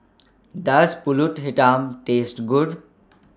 Does Pulut Hitam Taste Good